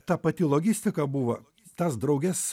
ta pati logistika buva tas drauges